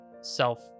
self